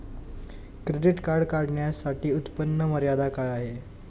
Credit card काढण्यासाठी उत्पन्न मर्यादा काय आहे?